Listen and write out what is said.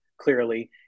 clearly